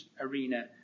arena